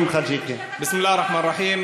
בסם אללה א-רחמאן א-רחים.